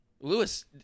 Lewis